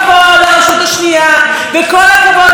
הרבה מאוד אנשים עשויים עכשיו לאבד את מקום עבודתם.